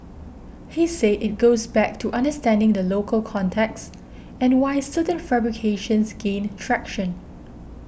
he say it goes back to understanding the local context and why certain fabrications gain traction